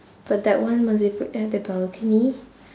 but that one must it put in the balcony